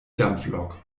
dampflok